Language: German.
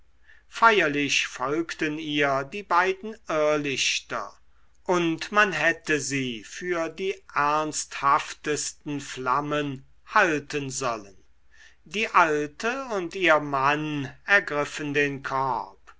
feierlich folgten ihr die beiden irrlichter und man hätte sie für die ernsthaftesten flammen halten sollen die alte und ihr mann ergriffen den korb